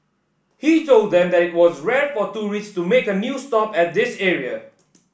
he told them that it was rare for tourists to make a stop at this area